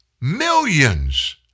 millions